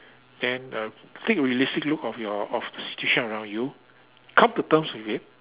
then uh take a realistic look of your of the situation around you come to terms with it